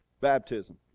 baptism